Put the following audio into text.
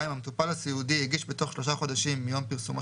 (2) המטופל הסיעודי הגיש בתוך שלושה חודשים מיום פרסומו